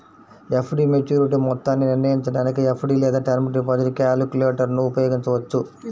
FD maturity మొత్తాన్ని నిర్ణయించడానికి FD లేదా టర్మ్ డిపాజిట్ క్యాలిక్యులేటర్ను ఉపయోగించవచ్చు